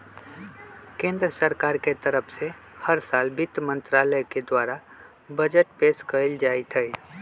केन्द्र सरकार के तरफ से हर साल वित्त मन्त्रालय के द्वारा बजट पेश कइल जाईत हई